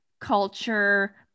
culture